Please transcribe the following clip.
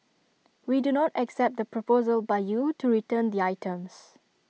we do not accept the proposal by you to return the items